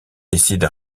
décide